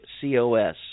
COS